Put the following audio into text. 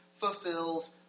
fulfills